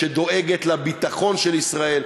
שדואגת לביטחון של ישראל,